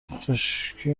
خشکی